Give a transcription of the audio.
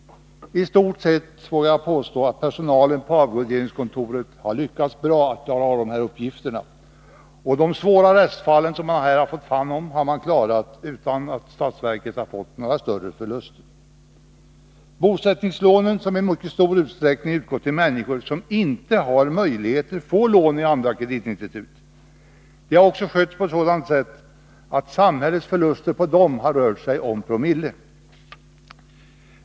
Jag vågar påstå att personalen på avdelningskontoren i stort sett lyckats bra med att klara dessa uppgifter. De svåra restfall som de har fått ta hand om har klarats utan att statsverket har åsamkats alltför stora förluster. Bosättningslånen, som i mycket stor utsträckning utgått till människor som inte har stora möjligheter att få lån i andra kreditinstitut, har också skötts på ett sådant sätt att samhällets förluster kunnat räknas i promille.